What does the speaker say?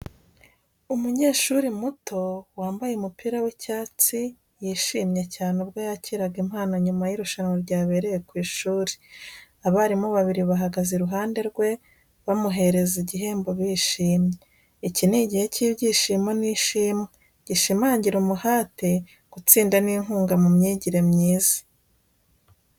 Umunyeshuri muto, wambaye umupira w'icyatsi yishimye cyane ubwo yakiraga impano nyuma y’irushanwa ryabereye ku ishuri. Abarimu babiri bahagaze iruhande rwe, bamuhereza igihembo bishimye. Iki ni igihe cy’ibyishimo n'ishimwe, gishimangira umuhate, gutsinda n’inkunga mu myigire myiza.